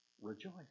Rejoice